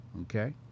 Okay